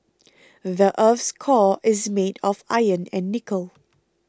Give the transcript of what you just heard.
the earth's core is made of iron and nickel